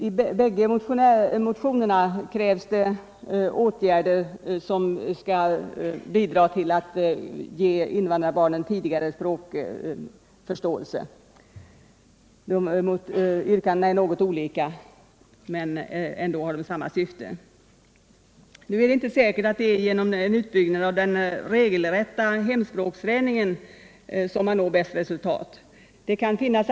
I bägge motionerna krävs åtgärder som avser att ge invandrarbarnen en tidigare språkförståelse. Yrkandena är något olika, men syftet är detsamma. Nu är det inte säkert att det är en utbyggnad av den regelrätta hemspråksträningen som ger det bästa resultatet.